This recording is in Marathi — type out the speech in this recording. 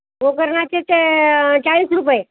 गोकर्णाचे ते चाळीस रुपये